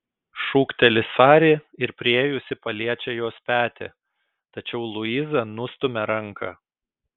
šūkteli sari ir priėjusi paliečia jos petį tačiau luiza nustumia ranką